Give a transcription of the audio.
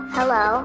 Hello